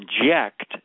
inject